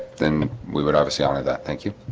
then we would obviously honor that. thank you